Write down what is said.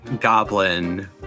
goblin